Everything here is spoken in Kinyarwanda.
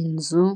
inzu.